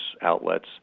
outlets